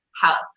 house